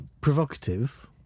provocative